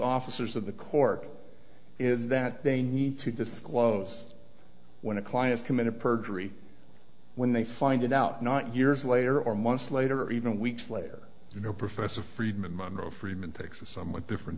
officers of the court in that they need to disclose when a client committed perjury when they find it out not years later or months later or even weeks later you know professor friedman micro friedman takes a somewhat different